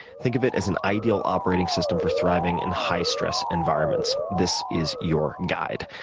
think of it as an ideal operating system for thriving in high-stress environments. this is your guide,